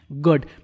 good